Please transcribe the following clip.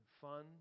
fun